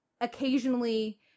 occasionally